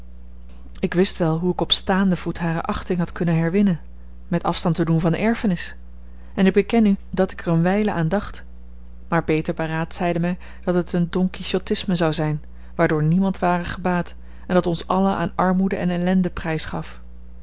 ik wist wel hoe ik op staanden voet hare achting had kunnen herwinnen met afstand te doen van de erfenis en ik beken u dat ik er eene wijle aan dacht maar beter beraad zeide mij dat het een don quichotisme zou zijn waardoor niemand ware gebaat en dat ons allen aan armoede en ellende prijs gaf